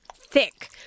thick